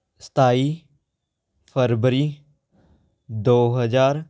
ਸਤਾਈ ਫਰਵਰੀ ਦੋ ਹਜ਼ਾਰ